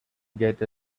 get